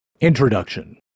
Introduction